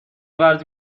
قرض